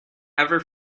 ever